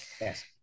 Yes